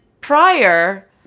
prior